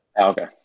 okay